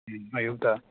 ꯎꯝ ꯑꯌꯨꯛꯇ